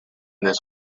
this